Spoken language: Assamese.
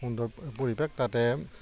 সুন্দৰ পৰিৱেশ তাতে